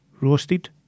roasted